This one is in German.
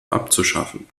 abzuschaffen